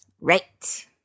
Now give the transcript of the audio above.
Right